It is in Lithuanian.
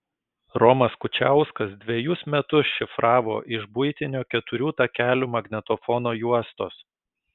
romas kučiauskas dvejus metus šifravo iš buitinio keturių takelių magnetofono juostos